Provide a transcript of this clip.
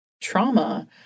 trauma